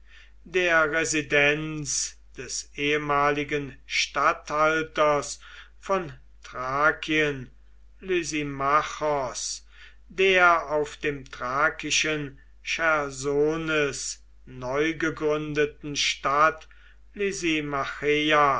der residenz des ehemaligen statthalters von thrakien lysimachos der auf dem thrakischen chersones neugegründeten stadt